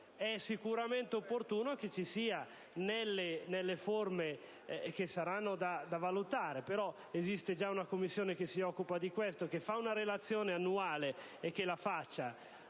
sicuramente opportuno un intervento, nelle forme che saranno da valutare; esiste, però, una Commissione che si occupa di questo e che fa una relazione annuale: che la faccia